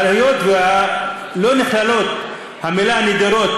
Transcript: היות שהמילה "נדירות" לא נכללת בחוק,